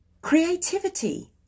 Creativity